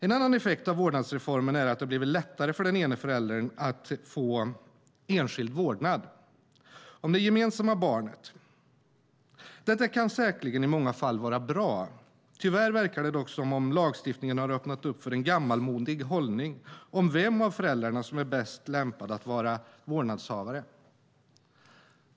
En annan effekt av vårdnadsreformen är att det har blivit lättare för den ena av föräldrarna att få enskild vårdnad om det gemensamma barnet. Detta kan säkerligen i många fall vara bra. Tyvärr verkar det dock som om lagstiftningen har öppnat för en gammalmodig hållning om vem av föräldrarna som är bäst lämpad att vara vårdnadshavare.